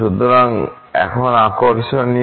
সুতরাং এখন কি আকর্ষণীয়